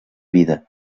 vida